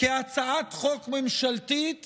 כהצעת חוק ממשלתית